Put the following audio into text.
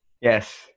Yes